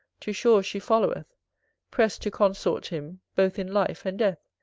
to shore she followeth prest to consort him, both in life and death.